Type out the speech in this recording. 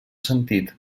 sentit